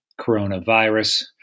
Coronavirus